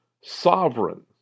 sovereign